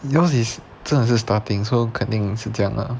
yours is 真的是 starting so 肯定是这样 lah